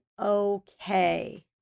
okay